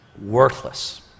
worthless